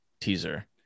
Teaser